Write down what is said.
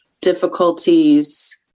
difficulties